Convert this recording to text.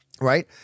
right